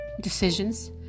decisions